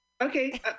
okay